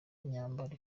myambaro